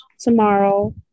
tomorrow